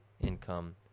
income